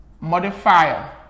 modifier